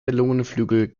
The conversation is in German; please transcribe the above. lungenflügel